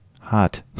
hot